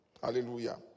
Hallelujah